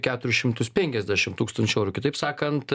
keturis šimtus penkiasdešimt tūkstančių eurų kitaip sakant